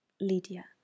Lydia